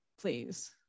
please